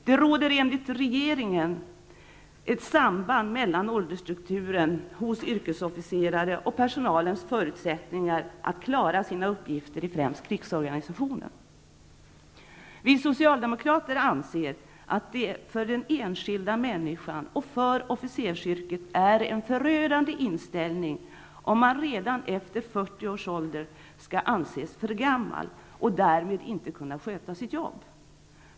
Det råder enligt regeringen ett samband mellan ålderstrukturen hos yrkesofficerare och personalens förutsättningar att klara sina uppgifter i främst krigsorganisationen. Vi socialdemokrater anser att det för den enskilda människan och för officersyrket är en förödande inställning om man redan efter 40 års ålder skall anses för gammal och därmed inte kunna sköta sitt jobb.